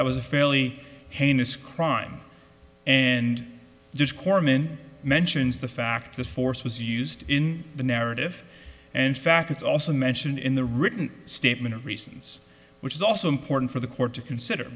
that was a fairly heinous crime and just corpsman mentions the fact that force was used in the narrative and fact it's also mentioned in the written statement of reasons which is also important for the court to consider